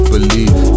Believe